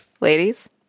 Ladies